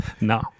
No